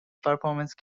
performance